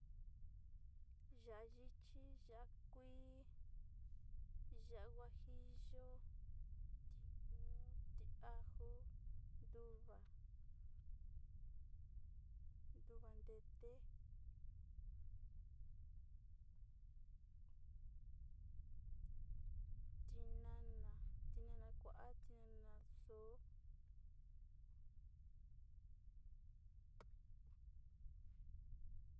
Ya'á ichi, ya'á kuii, ya'a huajillo tikun ti ajo nduva'a nduva'a rete'e tinana, tinana kua, tinana ndo'ó.